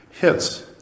hits